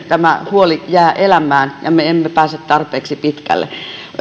tämä huoli jää elämään ja me emme pääse tarpeeksi pitkälle